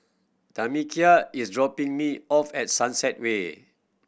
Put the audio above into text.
Tamekia is dropping me off at Sunset Way